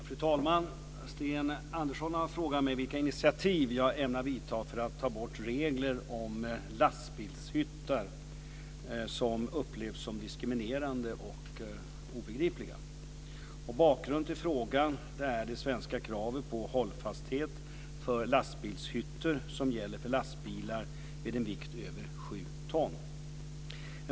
Fru talman! Sten Andersson har frågat mig vilka initiativ jag ämnar vidta för att ta bort regler om lastbilshytter som upplevs som diskriminerande och obegripliga. Bakgrunden till frågan är det svenska kravet på hållfasthet för lastbilshytter som gäller för lastbilar med en vikt över sju ton.